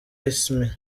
smith